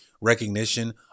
recognition